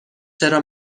چرا